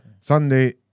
Sunday